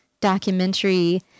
documentary